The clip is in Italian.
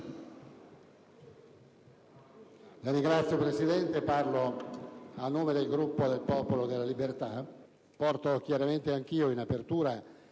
Grazie